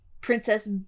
princess